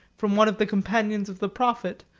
from one of the companions of the prophet,